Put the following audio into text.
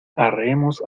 arreemos